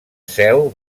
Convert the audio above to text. seu